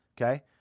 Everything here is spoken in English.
okay